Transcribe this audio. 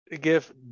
give